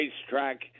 Racetrack